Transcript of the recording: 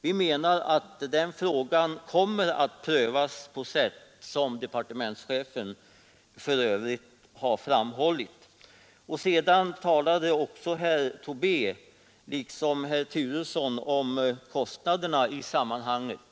Vi menar att den frågan kommer att prövas på sätt som departementschefen har redovisat. Sedan talade herrar Tobé och Turesson också om kostnaderna i sammanhanget.